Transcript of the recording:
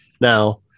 now